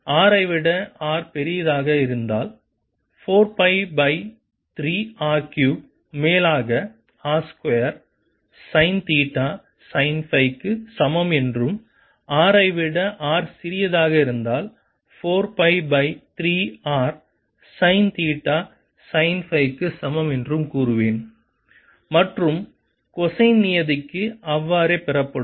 R ஐ விட r பெரிதாக இருந்தால் 4 பை பை 3 R கியூப் மேலாக r square sine theta sine psi க்கு சமம் என்றும் R ஐ விட r சிறிதாக இருந்தால் 4 pi pi 3 r sine theta sine psi க்கு சமம் என்றும் கூறுவேன் மற்றும் கொசைன் நியதிக்கு அவ்வாறே பெறப்படும்